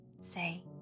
Say